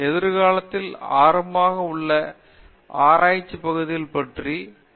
எதிர்காலத்திலும் ஆர்வமாக உள்ள ஆராய்ச்சி பகுதி பற்றி நிங்கள் அறிந்துள்ளது என்ன